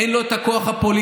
אין לו את הכוח הפוליטי.